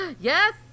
yes